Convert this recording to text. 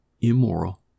immoral